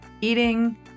eating